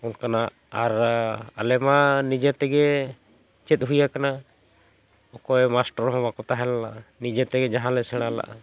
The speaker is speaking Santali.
ᱚᱱᱠᱟᱱᱟᱜ ᱟᱨ ᱟᱞᱮ ᱢᱟ ᱱᱤᱡᱮ ᱛᱮᱜᱮ ᱪᱮᱫ ᱦᱩᱭ ᱟᱠᱟᱱᱟ ᱚᱠᱚᱭ ᱢᱟᱥᱴᱟᱨ ᱦᱚᱸ ᱵᱟᱠᱚ ᱛᱟᱦᱮᱸ ᱞᱮᱱᱟ ᱱᱤᱡᱮ ᱛᱮᱜᱮ ᱡᱟᱦᱟᱸ ᱞᱮ ᱥᱮᱬᱟᱞᱮᱜᱼᱟ